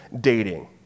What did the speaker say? dating